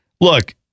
Look